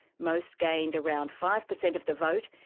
most gained around five percent of the vote,